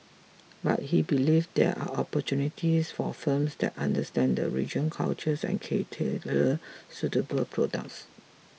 but he believes there are opportunities for firms that understand the region cultures and key tailor suitable products